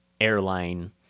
airline